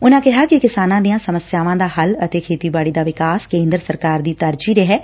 ਉਨੂਾ ਕਿਹਾ ਕਿ ਕਿਸਾਨਾਂ ਦੀਆਂ ਸਮੱਸਿਆਵਾਂ ਦਾ ਹੱਲ ਅਤੇ ਖੇਤੀਬਾੜੀ ਦਾ ਵਿਕਾਸ ਕੇਂਦਰ ਸਰਕਾਰ ਦੀ ਤਰਜੀਹ ਰਿਹੈ